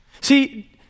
See